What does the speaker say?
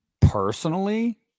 personally